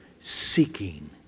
seeking